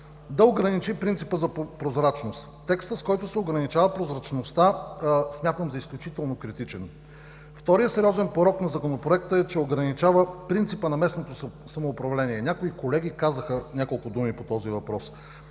да ограничи принципа за прозрачност. Текстът, с който се ограничава прозрачността, смятам за изключително критичен. Вторият сериозен порок на Законопроекта е, че ограничава принципа на местното самоуправление. Някои колеги казаха няколко думи по този въпрос.